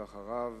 אחריו,